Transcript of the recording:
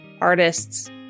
artists